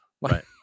Right